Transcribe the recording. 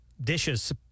dishes